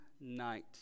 night